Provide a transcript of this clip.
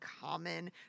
common